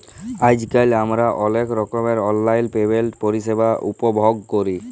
আইজকাল আমরা অলেক রকমের অললাইল পেমেল্টের পরিষেবা উপভগ ক্যরি